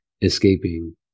escaping